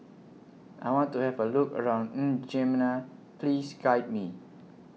I want to Have A Look around N'Djamena Please Guide Me